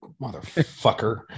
motherfucker